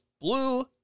Blue